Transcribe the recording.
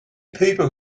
people